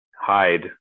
hide